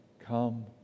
Come